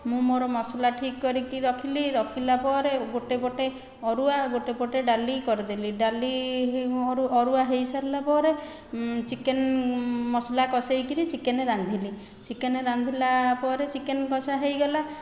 ମୁଁ ମୋର ମସଲା ଠିକ କରିକି ରଖିଲି ରଖିଲା ପରେ ଗୋଟିଏ ପଟେ ଅରୁଆ ଗୋଟିଏ ପଟେ ଡାଲି କରିଦେଲି ଡାଲି ଅରୁଆ ହୋଇସାରିଲା ପରେ ଚିକେନ ମସଲା କଷାଇ କରି ଚିକେନ ରାନ୍ଧିଲି ଚିକେନ ରାନ୍ଧିଲା ପରେ ଚିକେନ କଷା ହୋଇଗଲା